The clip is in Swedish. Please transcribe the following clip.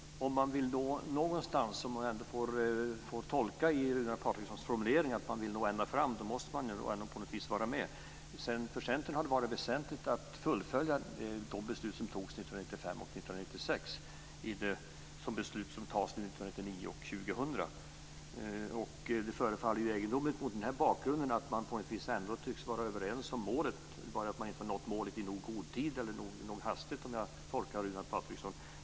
Fru talman! Om man vill nå någonstans, och så får man väl tolka Runar Patrikssons formulering om att man vill nå ända fram, måste man väl ändå på något vis vara med? För Centern har det varit väsentligt att fullfölja de beslut som fattades 1995 och 1996 i de beslut som fattas nu 1999 och 2000. Det förefaller egendomligt mot den här bakgrunden att man på något vis tycks vara överens om målet. Det gäller bara att målet inte har nåtts i tillräckligt god tid eller nog hastigt, om jag tolkar Runar Patriksson rätt.